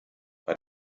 bei